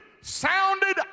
sounded